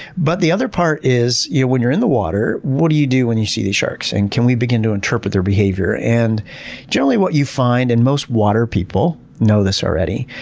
but the other part is, when you're in the water, what do you do when you see these sharks? and can we begin to interpret their behavior? and generally what you find, and most water people know this already,